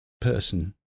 person